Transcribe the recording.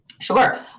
sure